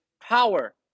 power